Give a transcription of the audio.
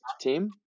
team